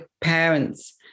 parents